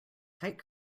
tight